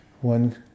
one